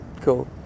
Cool